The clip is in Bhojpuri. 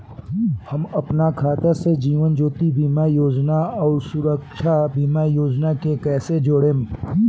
हम अपना खाता से जीवन ज्योति बीमा योजना आउर सुरक्षा बीमा योजना के कैसे जोड़म?